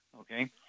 okay